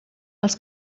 els